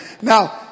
Now